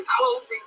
holding